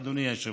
אדוני היושב-ראש.